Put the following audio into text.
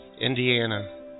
Indiana